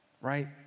right